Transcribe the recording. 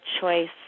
choice